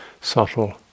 subtle